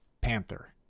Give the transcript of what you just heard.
panther